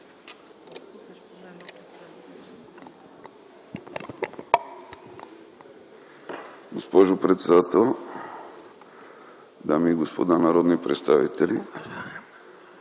господин председателстващ, дами и господа народни представители,